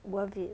worth it